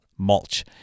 mulch